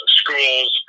schools